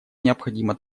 необходимо